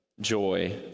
joy